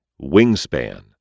Wingspan